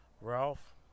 Ralph